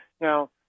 Now